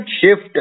shift